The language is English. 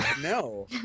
no